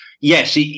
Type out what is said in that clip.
Yes